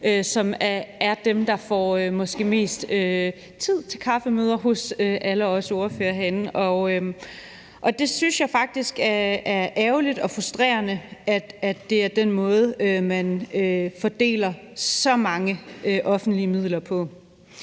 os herinde, som får mest tid til kaffemøder hos alle os ordførere, og jeg synes faktisk, det er ærgerligt og frustrerende, at det er den måde, man fordeler så mange offentlige midler på.